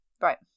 Right